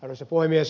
arvoisa puhemies